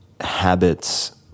habits